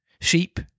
Sheep